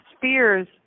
fears